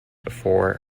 before